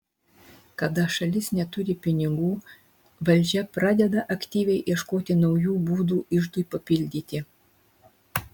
kada šalis neturi pinigų valdžia pradeda aktyviai ieškoti naujų būdų iždui papildyti